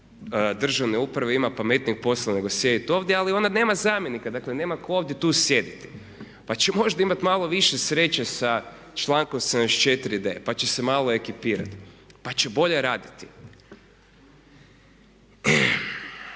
državne uprave ima pametnijeg posla nego sjediti ovdje ali ona nema zamjenika, dakle nema tko ovdje tu sjediti. Pa će možda imati malo više sreće sa člankom 74D, pa će se malo ekipirati, pa će bolje raditi.